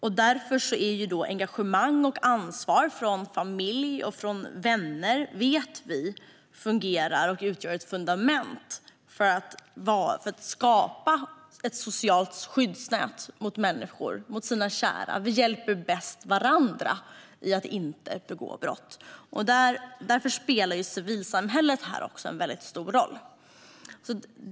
Vi vet att engagemang och ansvar från familj och vänner, från nära och kära, fungerar och är fundamentalt för att skapa ett socialt skyddsnät för människor. Vi hjälper bäst varandra att inte begå brott. Därför spelar också civilsamhället en stor roll.